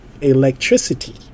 Electricity